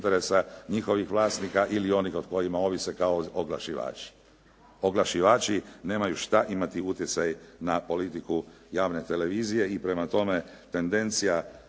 njihovih vlasnika ili onih o kojima ovise kao oglašivači. Oglašivači nemaju što imati utjecaj na politiku javne televizije i prema tome tendencija